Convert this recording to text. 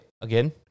again